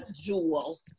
jewel